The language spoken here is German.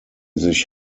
sich